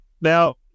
Now